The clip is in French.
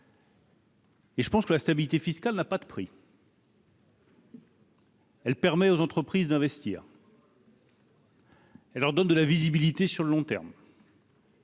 Et je pense que la stabilité fiscale n'a pas de prix. Elle permet aux entreprises d'investir. Leur donne de la visibilité sur le long terme.